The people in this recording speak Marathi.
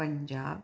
पंजाब